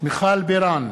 מיכל בירן,